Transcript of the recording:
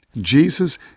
Jesus